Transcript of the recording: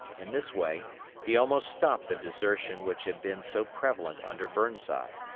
in this way he almost stopped the desertion which had been so prevalent under burnside.